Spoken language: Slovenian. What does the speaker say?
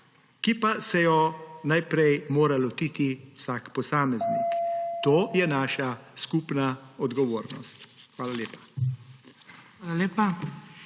ki pa se jo mora najprej lotiti vsak posameznik. To je naša skupna odgovornost. Hvala lepa.